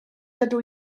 dydw